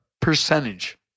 percentage